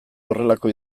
horrelako